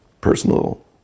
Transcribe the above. personal